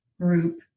group